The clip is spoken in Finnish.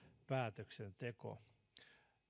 päätöksenteko